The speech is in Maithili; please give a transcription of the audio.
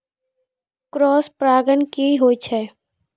क्रॉस परागण की होय छै?